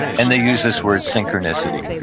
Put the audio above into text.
and they use this word, synchronicity.